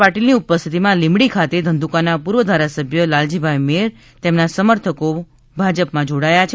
પાટીલની ઉપસ્થિતિમાં લીંબડી ખાતે ધંધુકાના પૂર્વ ધારાસભ્ય લાલજીભાઇ મેર તેમના સમર્થકો સાથે ભાજપમાં જોડાયા છે